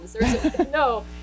No